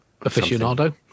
aficionado